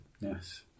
Yes